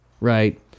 right